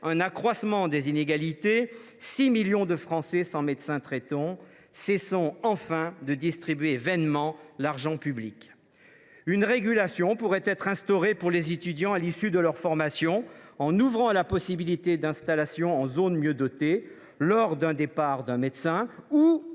un accroissement des inégalités d’accès aux soins et 6 millions de Français sans médecin traitant. Cessons enfin de distribuer vainement l’argent public ! Une régulation pourrait être instaurée pour les étudiants à l’issue de leur formation, en ouvrant la possibilité d’installation en zone mieux dotée seulement lors du départ d’un médecin, ou